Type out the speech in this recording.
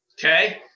Okay